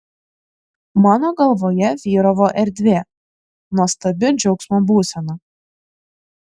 mano galvoje vyravo erdvė nuostabi džiaugsmo būsena